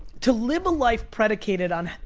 to live a life predicated on,